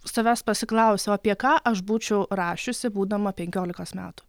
savęs pasiklausiau apie ką aš būčiau rašiusi būdama penkiolikos metų